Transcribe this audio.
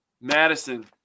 Madison